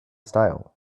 style